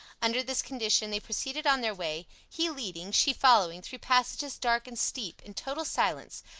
under this condition they proceeded on their way, he leading, she following, through passages dark and steep, in total silence,